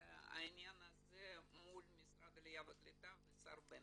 שהעניין הזה מול משרד העלייה והקליטה והשר בנט.